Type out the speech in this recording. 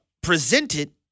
presented